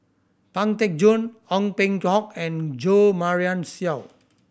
Pang Teck Joon Ong Peng Hock and Jo Marion Seow